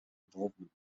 involvement